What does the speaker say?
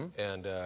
and